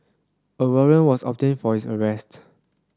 a warrant was obtained for his arrest